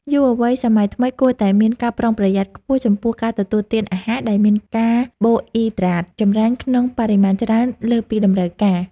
យុវវ័យសម័យថ្មីគួរតែមានការប្រុងប្រយ័ត្នខ្ពស់ចំពោះការទទួលទានអាហារដែលមានកាបូអ៊ីដ្រាតចម្រាញ់ក្នុងបរិមាណច្រើនលើសពីតម្រូវការ។